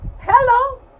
Hello